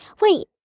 Wait